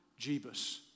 Jebus